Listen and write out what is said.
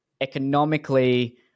economically